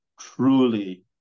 truly